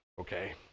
Okay